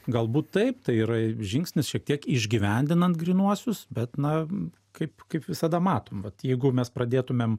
galbūt taip tai yra žingsnis šiek tiek išgyvendinant grynuosius bet na kaip kaip visada matom vat jeigu mes pradėtumėm